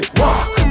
walk